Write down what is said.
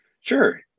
Sure